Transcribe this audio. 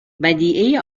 ودیعه